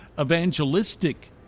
evangelistic